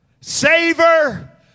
Savor